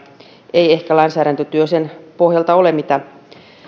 ei ehkä lainsäädäntötyö sen pohjalta ole jos